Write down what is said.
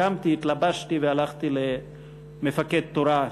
קמתי, התלבשתי והלכתי למפקד התורן